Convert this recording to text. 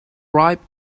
ripe